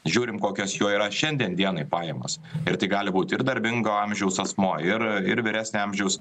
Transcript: žiūrim kokios jo yra šiandien dienai pajamos ir tai gali būt ir darbingo amžiaus asmuo ir ir vyresnio amžiaus